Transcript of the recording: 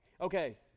Okay